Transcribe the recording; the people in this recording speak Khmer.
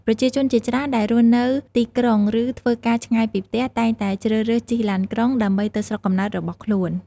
ប្រជាជនជាច្រើនដែលរស់នៅទីក្រុង ឬធ្វើការឆ្ងាយពីផ្ទះតែងតែជ្រើសរើសជិះឡានក្រុង ដើម្បីទៅស្រុកកំណើតរបស់ខ្លួន។